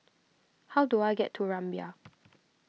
how do I get to Rumbia